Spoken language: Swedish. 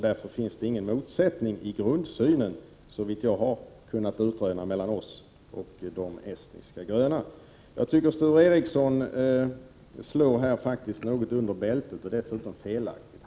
Därför finns det inte, såvitt jag har kunnat utröna, någon motsättning i grundsynen mellan oss och de estniska gröna. Jag tycker att Sture Ericson slår något under bältet och dessutom felaktigt.